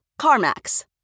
CarMax